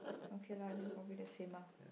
okay lah then probably the same ah